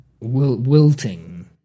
wilting